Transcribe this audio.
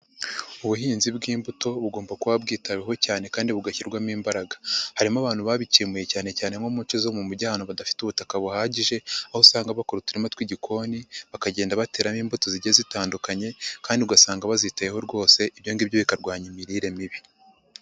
Ubuhinzi bw'imbuto bugomba kuba bwitaweho cyane kandi bugashyirwamo imbaraga. Harimo abantu babikemuye cyane cyane nko mu nshe zo mu mujyi ahantu badafite ubutaka buhagije, aho usanga bakora uturima tw'igikoni, bakagenda bateramo imbuto zigiye zitandukanye kandi ugasanga baziteyeho rwose, ibyo ngibyo bikarwanya imirire mibi.